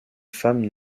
femme